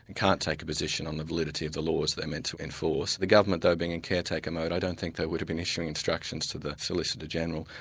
and can't take a position on the validity of the laws they're meant to enforce. the government though, being in caretaker mode, i don't think they would have been issuing instructions to the solicitor-general.